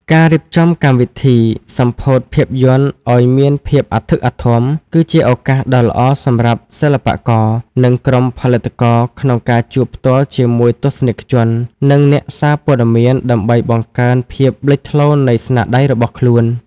ការរៀបចំកម្មវិធីសម្ពោធភាពយន្តឱ្យមានភាពអធិកអធម គឺជាឱកាសដ៏ល្អសម្រាប់សិល្បករ និងក្រុមផលិតករក្នុងការជួបផ្ទាល់ជាមួយទស្សនិកជន និងអ្នកសារព័ត៌មានដើម្បីបង្កើនភាពលេចធ្លោនៃស្នាដៃរបស់ខ្លួន។